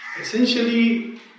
Essentially